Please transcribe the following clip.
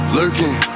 lurking